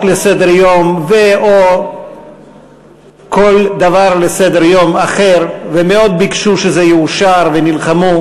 לסדר-היום או כל דבר אחר לסדר-היום ומאוד ביקשו שזה יאושר ונלחמו,